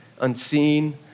unseen